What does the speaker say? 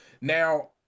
now